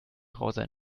browser